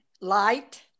light